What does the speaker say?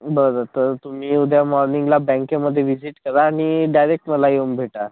बरं तर तुम्ही उद्या मॉर्निंगला बँकेमध्ये विजिट करा आणि डायरेक्ट मला येऊन भेटा